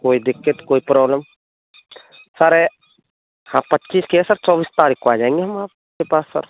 कोई दिक्कत कोई प्रॉब्लम सर हाँ पच्चीस की है सर चौबीस तारीख को आ जाएँगे हम आपके पास सर